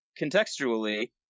contextually